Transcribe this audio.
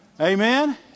Amen